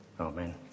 Amen